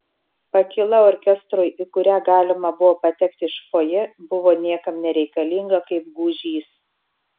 pakyla orkestrui į kurią galima buvo patekti iš fojė buvo niekam nereikalinga kaip gūžys